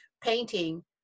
painting